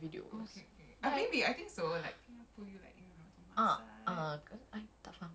I macam pull apa eh macam pull follow ke apa ke macam but it's like those thirst trap punya videos